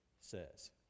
says